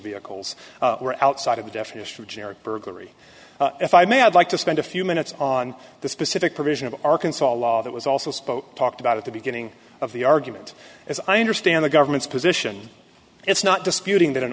vehicles were outside of the definition of generic burglary if i may i'd like to spend a few minutes on the specific provision of arkansas law that was also spoke talked about at the beginning of the argument as i understand the government's position it's not disputing that an